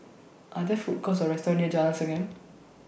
Are There Food Courts Or restaurants near Jalan Segam